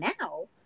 now